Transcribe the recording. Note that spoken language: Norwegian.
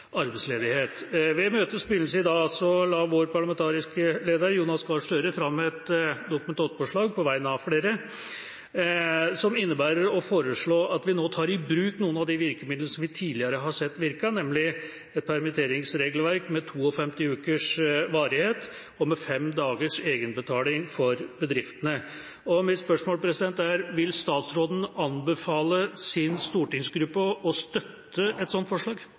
arbeidsledighet. Ved møtets begynnelse i dag la vår parlamentariske leder, Jonas Gahr Støre, fram et Dokument 8-forslag på vegne av flere som innebærer at vi nå tar i bruk noen av de virkemidlene som vi tidligere har sett virker, nemlig et permitteringsregelverk med 52 ukers varighet og med fem dagers egenbetaling for bedriftene. Mitt spørsmål er: Vil statsråden anbefale sin stortingsgruppe å støtte et sånt forslag?